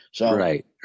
Right